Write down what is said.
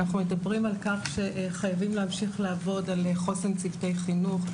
אנחנו מדברים על כך שחייבים להמשיך לעבוד על חוסן צוותי חינוך,